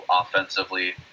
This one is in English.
offensively